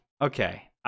okay